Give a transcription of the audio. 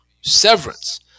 severance